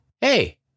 hey